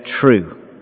true